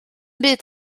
byd